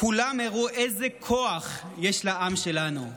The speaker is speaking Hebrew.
כולם הראו איזה כוח יש לעם שלנו.